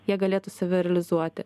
jie galėtų save realizuoti